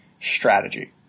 strategy